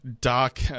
doc